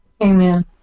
Amen